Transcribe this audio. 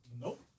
Nope